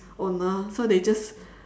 owner so they just